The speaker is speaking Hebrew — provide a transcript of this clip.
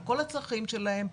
על כל הצרכים שלהם,